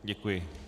Děkuji.